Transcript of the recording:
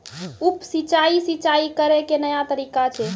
उप सिंचाई, सिंचाई करै के नया तरीका छै